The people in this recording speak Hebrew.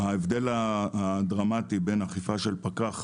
ההבדל הדרמטי בין אכיפה של פקח